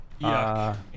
yuck